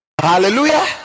Hallelujah